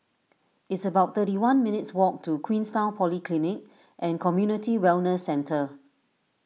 it's about thirty one minutes' walk to Queenstown Polyclinic and Community Wellness Centre